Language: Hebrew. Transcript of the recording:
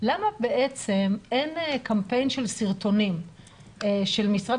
למה בעצם אין קמפיין של סרטונים של משרד